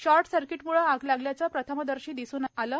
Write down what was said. short सर्किटमुळे आग लागल्याचे प्रथमदर्शी दिसून येत आहे